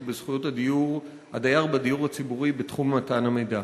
בזכויות הדייר בדיור הציבורי בתחום מתן המידע.